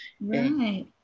Right